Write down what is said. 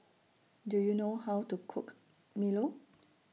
Do YOU know How to Cook Milo